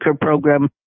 program